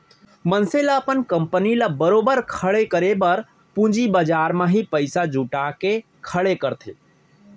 मनसे ल अपन कंपनी ल बरोबर खड़े करे बर पूंजी बजार म ही पइसा जुटा के खड़े करथे